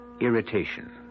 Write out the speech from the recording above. irritation